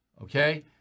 okay